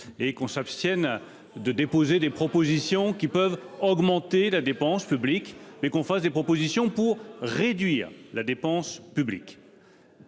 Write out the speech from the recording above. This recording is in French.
et qu'on s'abstienne de déposer des propositions qui peuvent augmenter la dépense publique mais qu'on fasse des propositions pour réduire la dépense publique.